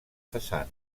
façana